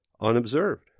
unobserved